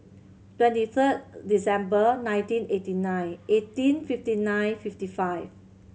twenty third December nineteen eighty nine eighteen fifty nine fifty five